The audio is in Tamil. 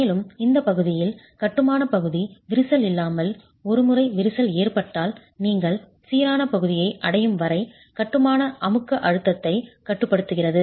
மேலும் இந்த பகுதியில் கட்டுமான பகுதி விரிசல் இல்லாமல் ஒருமுறை விரிசல் ஏற்பட்டால் நீங்கள் சீரான பகுதியை அடையும் வரை கட்டுமான அமுக்க அழுத்தத்தை கட்டுப்படுத்துகிறது